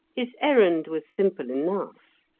his errand was simple enough.